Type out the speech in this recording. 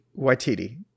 Waititi